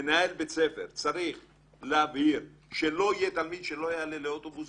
מנהל בית ספר צריך להבהיר שלא יהיה תלמיד שלא יעלה לאוטובוס